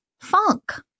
funk